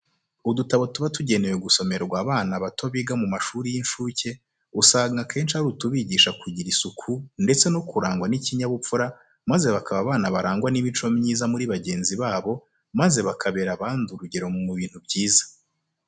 Udutabo tuba tugenewe gusomerwa abana bato biga mu mashuri y'incuke usanga akenshi ari utubigisha kugira isuku ndetse no kurangwa n'ikinyabupfura maze bakaba abana barangwa n'imico myiza muri bagenzi babo maze bakabera abandi urugero mu bintu byiza.